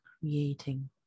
creating